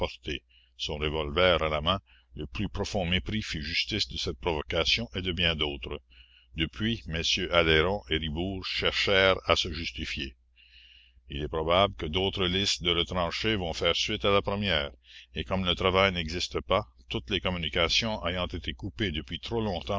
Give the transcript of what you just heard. son revolver à la main le plus profond mépris fit justice de cette provocation et de bien d'autres depuis mm aleyron et ribourt cherchèrent à se justifier il est probable que d'autres listes de retranchés vont faire suite à la première et comme le travail n'existe pas toutes les communications ayant été coupées depuis trop longtemps